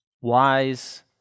wise